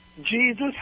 Jesus